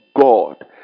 God